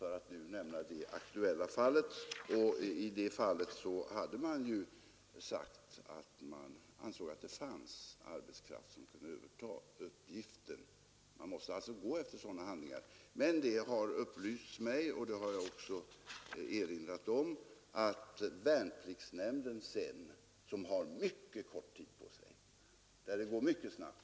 I det aktuella fallet hade kommunen ansett att det fanns arbetskraft som skulle kunna överta uppgiften. Det har upplysts mig — och det har jag erinrat om — att värnpliktsnämnden har mycket kort tid på sig. Där måste behandlingen gå mycket snabbt.